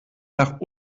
nach